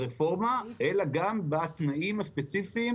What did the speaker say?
שהדואר ימשיך לתת שירות כזה,